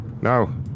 No